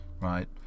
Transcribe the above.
right